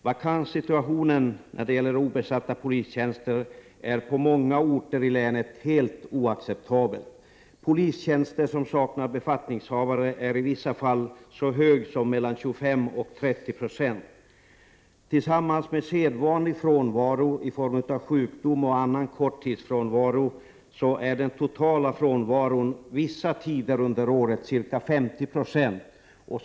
Vakanssituationen beträffande obesatta polistjänster är på många orter i länet helt oacceptabel. Andelen polistjänster där befattningshavare saknas är i vissa fall så hög som 25-30 90. Tillsammans med sedvanlig frånvaro i form av sjukdom och annan korttidsfrånvaro är den totala frånvaron under vissa tider på året ca 50 96.